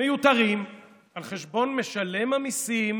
מיותרים על חשבון משלם המיסים,